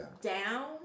down